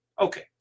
Okay